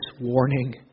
warning